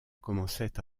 commençait